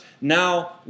Now